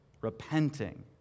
repenting